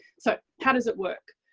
so how does it work?